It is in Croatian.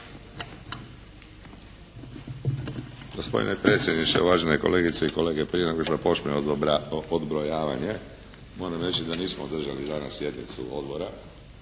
Gospodine predsjedniče, uvažene kolegice i kolege. Prije nego što počne odbrojavanje moram reći da nismo održali danas sjednicu Odbora